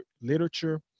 literature